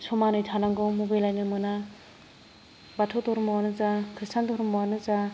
समानै थानांगौ मुगैलायनो मोना बाथौ धर्मआनो जा ख्रिस्टान धर्मआनो जा